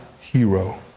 hero